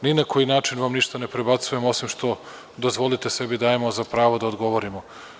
Ni na koji način vam ništa ne prebacujemo, osim što dozvolite sebi dajemo za pravo da odgovorimo.